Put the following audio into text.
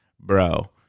bro